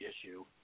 issue